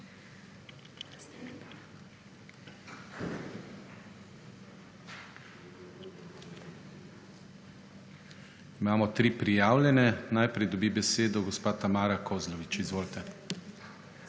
Imamo tri prijavljene. Najprej dobi besedo gospa Tamara Kozlovič. **MAG.